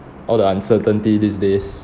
all the uncertainty these days